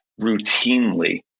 routinely